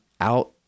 out